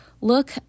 Look